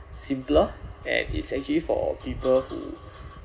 simpler and it's actually for people who